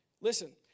Listen